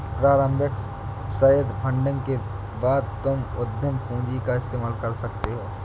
प्रारम्भिक seed funding के बाद तुम उद्यम पूंजी का इस्तेमाल कर सकते हो